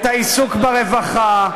את העיסוק ברווחה,